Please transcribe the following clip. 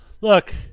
Look